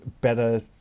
better